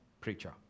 preacher